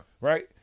Right